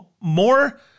more